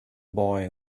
boy